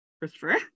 Christopher